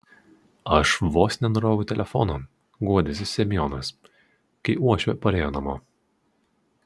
aš vos nenuroviau telefono guodėsi semionas kai uošvė parėjo namo